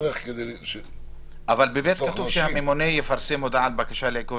כתוב שהממונה יפרסם הודעת בקשה לעיכוב